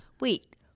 Wait